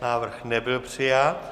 Návrh nebyl přijat.